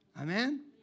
Amen